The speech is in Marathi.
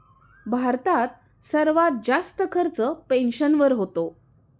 भारतात सर्वात जास्त खर्च पेन्शनवर होतो